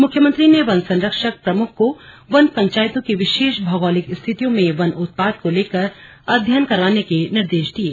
मुख्यमंत्री ने वन संरक्षक प्रमुख को वन पंचायतों की विशेष भौगोलिक स्थितियों में वन उत्पाद को लेकर अध्ययन करवाने के निर्देश दिये